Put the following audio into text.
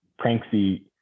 Pranksy